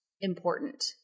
important